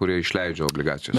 kurie išleidžia obligacijas